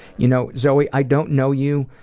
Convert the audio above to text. you know, zoe, i don't know you,